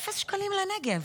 אפס שקלים לנגב.